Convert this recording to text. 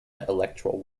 electoral